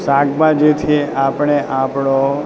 શાકભાજીથી આપણે આપણો